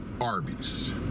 Arby's